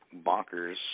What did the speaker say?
bonkers